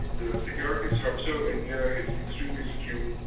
the security structure of india is extremely skewed,